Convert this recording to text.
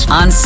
on